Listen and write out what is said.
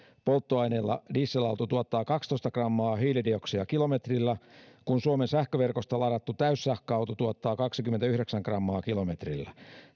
polttoaineella dieselauto tuottaa kaksitoista grammaa hiilidioksidia kilometrillä kun suomen sähköverkosta ladattu täyssähköauto tuottaa kaksikymmentäyhdeksän grammaa kilometrillä